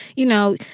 you know,